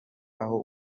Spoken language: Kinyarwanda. aho